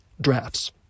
drafts